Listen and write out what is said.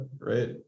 right